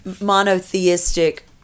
monotheistic